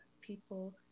people